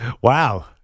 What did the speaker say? Wow